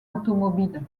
automobile